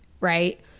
right